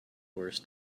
worse